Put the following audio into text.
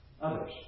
others